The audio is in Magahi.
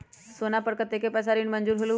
सोना पर कतेक पैसा ऋण मंजूर होलहु?